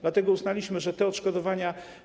Dlatego uznaliśmy, że te odszkodowania.